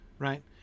Right